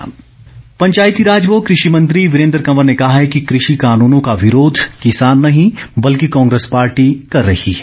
वीरेन्द्र कंवर पंचायतीराज व कृषि मंत्री वीरेन्द्र कंवर ने कहा है कि कृषि कानूनों का विरोध किसान नहीं बल्कि कांग्रेस पार्टी कर रही है